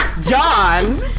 John